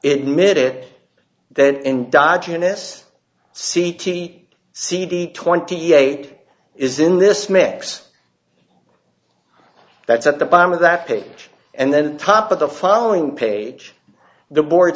it mid it then in dodge n s c t c d twenty eight is in this mix that's at the bottom of that page and then top of the following page the board